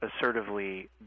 assertively